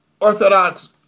Orthodox